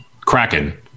Kraken